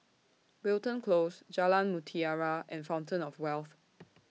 Wilton Close Jalan Mutiara and Fountain of Wealth